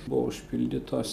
buvo užpildytos